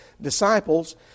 disciples